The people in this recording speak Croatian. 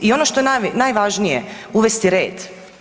I ono što je najvažnije uvesti red.